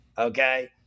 Okay